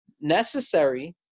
necessary